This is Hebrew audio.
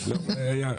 היה,